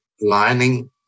lining